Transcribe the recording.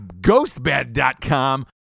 ghostbed.com